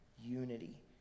unity